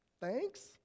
thanks